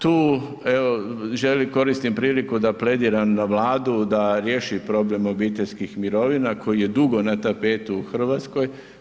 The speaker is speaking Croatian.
Tu, evo, želim, koristim priliku da plediram na Vladu da riješi problem obiteljskih mirovina koji je dugo na tapetu u RH.